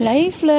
Life